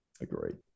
Agreed